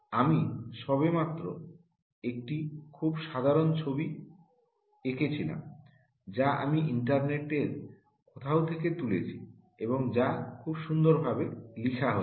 আমি সবেমাত্র একটি খুব সাধারণ ছবি এঁকে ছিলাম যা আমি ইন্টারনেটের কোথাও থেকে তুলেছি এবং যা খুব সুন্দরভাবে লিখা হয়েছে